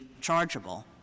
chargeable